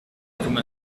comme